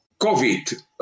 COVID